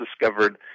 discovered